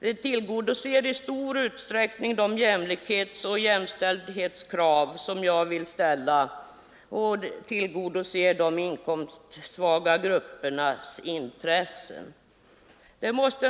De tillgodoser i stor utsträckning de jämlikhetsoch de jämställdhetskrav som jag vill hävda, samtidigt som de tillgodoser de inkomstsvaga gruppernas intressen.